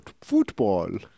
football